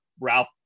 Ralph